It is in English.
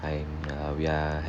I'm uh we are